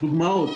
דוגמאות